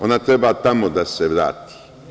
Ona treba tamo da se vrati.